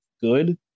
good